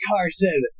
Carson